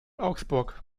augsburg